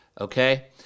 okay